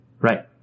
Right